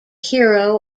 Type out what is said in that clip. hero